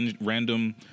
random